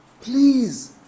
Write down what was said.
Please